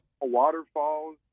waterfalls